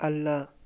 ಅಲ್ಲ